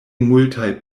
multaj